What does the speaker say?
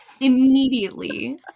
Immediately